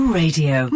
radio